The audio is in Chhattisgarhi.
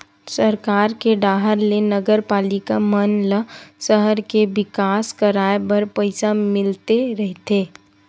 सरकार के डाहर ले नगरपालिका मन ल सहर के बिकास कराय बर पइसा मिलते रहिथे